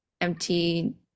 empty